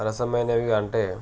సరసమైనవిగా అంటే